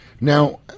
Now